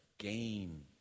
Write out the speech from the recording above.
Gain